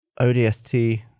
ODST